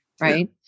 right